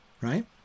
right